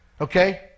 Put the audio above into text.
Okay